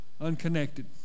unconnected